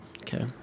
Okay